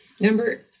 number